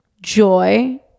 joy